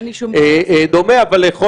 אני אשמח לעשות, אין לי שום בעיה.